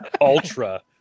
Ultra